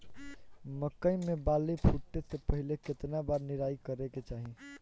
मकई मे बाली फूटे से पहिले केतना बार निराई करे के चाही?